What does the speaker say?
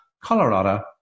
Colorado